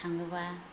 थाङोबा